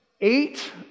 eight